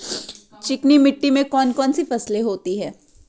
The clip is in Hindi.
चिकनी मिट्टी में कौन कौन सी फसलें होती हैं?